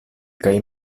kaj